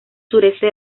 sureste